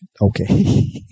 Okay